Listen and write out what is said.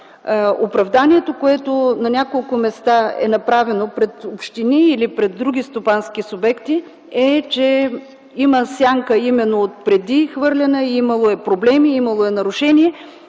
Оправданието, което на няколко места е направено пред общини или пред други стопански субекти, е, че има сянка именно от преди хвърлена, имало е проблеми, имало е нарушения